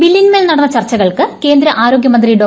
ബില്ലിൻമേൽ നടന്ന ചർച്ചകൾക്ക് കേന്ദ്ര ആരോഗ്യ മന്ത്രി ഡോ